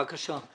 בבקשה.